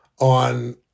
on